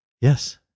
Yes